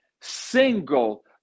single